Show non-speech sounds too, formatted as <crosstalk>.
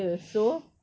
<noise>